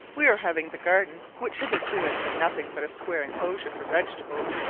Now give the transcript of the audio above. we are having the garden, which hitherto has been nothing but a square enclosure for vegetables,